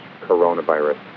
coronavirus